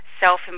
self